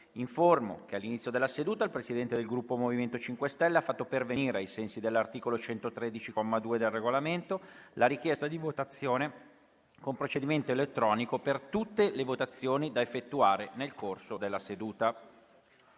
che all'inizio della seduta il Presidente del Gruppo MoVimento 5 Stelle ha fatto pervenire, ai sensi dell'articolo 113, comma 2, del Regolamento, la richiesta di votazione con procedimento elettronico per tutte le votazioni da effettuare nel corso della seduta.